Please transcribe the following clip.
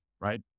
right